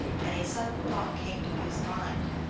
and a sudden thought came to his mind,